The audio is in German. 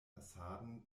fassaden